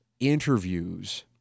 Interviews